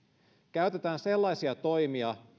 käytetään sellaisia toimia